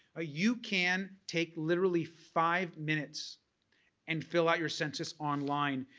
ah you can take literally five minutes and fill out your census online.